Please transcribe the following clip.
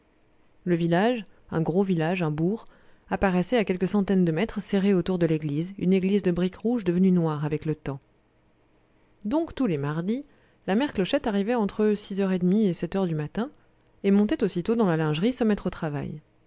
le village un gros village un bourg apparaissait à quelques centaines de mètres serré autour de l'église une église de briques rouges devenues noires avec le temps donc tous les mardis la mère clochette arrivait entre six heures et demie et sept heures du matin et montait aussitôt dans la lingerie se mettre au travail